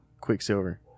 Quicksilver